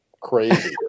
crazy